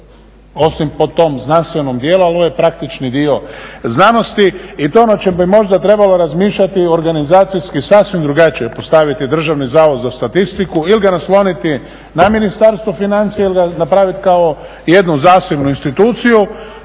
osim po tom znanstvenom dijelu ali ovo je praktični dio znanosti. I to je ono o čemu bi možda trebalo razmišljati organizacijski sasvim drugačije postaviti Državni zavod za statistiku ili ga nasloniti na Ministarstvo financija ili ga napravit kao jednu zasebnu instituciju.